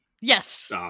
Yes